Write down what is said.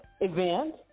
event